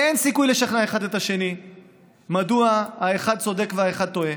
אין סיכוי לשכנע אחד את השני מדוע האחד צודק והאחד טועה.